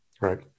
Right